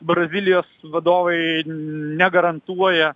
brazilijos vadovai negarantuoja